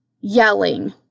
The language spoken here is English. yelling